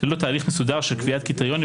ללא תהליך מסודר של קביעת קריטריונים,